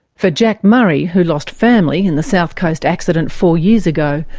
for jack murray, who lost family in the south coast accident four years ago,